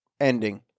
ending